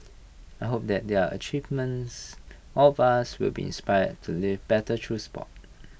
I hope that their achievements all of us will be inspire to live better through Sport